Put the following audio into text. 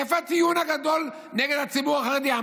איפה הטיעון הגדול נגד הציבור החרדי?